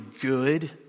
good